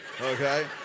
Okay